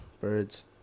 birds